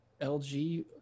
LG